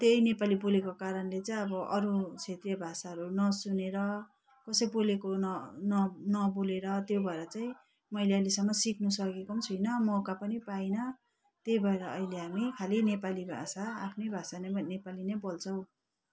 त्यही नेपाली बोलेको कारणले चाहिँ अब अरू क्षेत्रीय भाषाहरू नसुनेर कसै बोलेको नबोलेर त्यो भएर चाहिँ मैले अहिलेसम्म सिक्नु सकेको पनि छुइनँ मौका पनि पाइनँ त्यही भएर अहिले हामी खालि नेपाली भाषा आफ्नै भाषा नै नेपाली नै बोल्छौँ